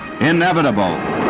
inevitable